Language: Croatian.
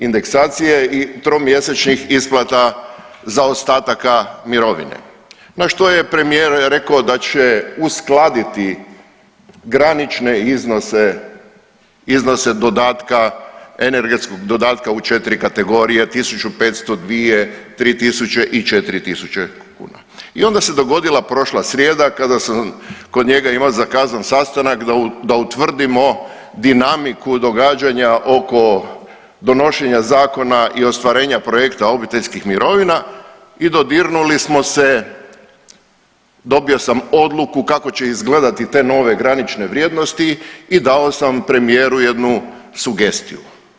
Indeksacije i tromjesečnih isplata zaostataka mirovine, na što je premijer rekao da će uskladiti granične iznose dodatka energetskog dodatka u 4 kategorije, 1500, 2, 3 tisuće i 4 tisuće kuna i onda se dogodila prošla srijeda kada sam kod njega imao zakazan sastanak da utvrdimo dinamiku događanja oko donošenja zakona i ostvarenja projekta obiteljskih mirovina i dodirnuli smo se, dobio sam odluku kako će izgledati te nove granične vrijednosti i dao sam premijeru jednu sugestiju.